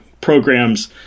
programs